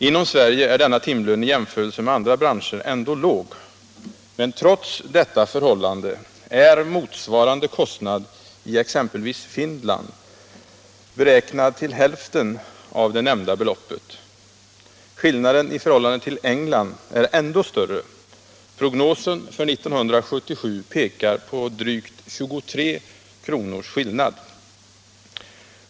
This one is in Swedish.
Inom Sverige är denna timlön i jämförelse med andra branscher ändå låg, men trots detta förhållande är motsvarande kostnad i exempelvis Finland beräknad till hälften av det nämnda beloppet. Skillnaden i förhållande till England är ändå större. Prognosen för 1977 pekar på drygt 23 kronors skillnad.